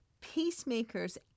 Peacemakers